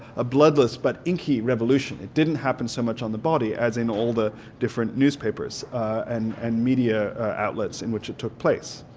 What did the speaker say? a bloodless but inky revolution. it didn't happen so much on the body as in all the different newspapers and and media outlets in which it took place.